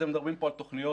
אתם מדברים פה על תוכניות